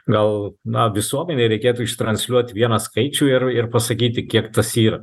gal na visuomenei reikėtų transliuot vieną skaičių ir ir pasakyti kiek tas yra